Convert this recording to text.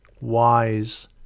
wise